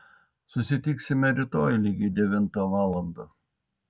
susitiksime rytoj lygiai devintą valandą